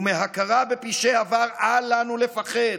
ומהכרה בפשעי עבר אל לנו לפחד.